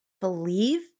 believe